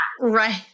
Right